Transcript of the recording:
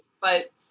but-